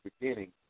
beginning